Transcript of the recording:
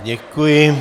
Děkuji.